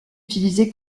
utilisé